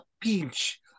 pinch